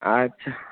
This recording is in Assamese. আচ্ছা